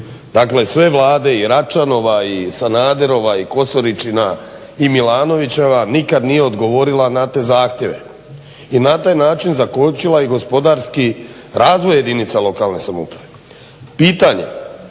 Dakle sve Vlade i Račanova, i Sanaderova, i Kosoričina i Milanovićeva nikad nije odgovorila na te zahtjeve. I na taj način zakočila i gospodarski razvoj jedinica lokalne samouprave. Pitanje,